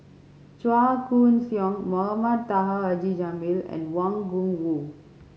Chua Koon Siong Mohamed Taha Haji Jamil and Wang Gungwu